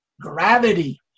gravity